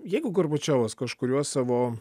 jeigu gorbačiovas kažkuriuo savo